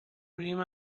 urim